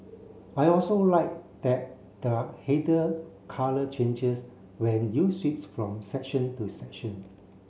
I also like that the header colour changes when you switch from section to section